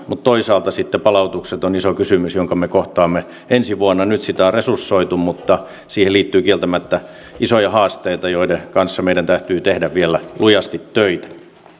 mutta toisaalta palautukset on iso kysymys jonka me kohtaamme ensi vuonna nyt sitä on resursoitu mutta siihen liittyy kieltämättä isoja haasteita joiden kanssa meidän täytyy tehdä vielä lujasti töitä